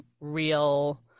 real